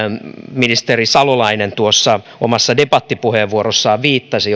ministeri salolainen tuossa omassa debattipuheenvuorossaan viittasi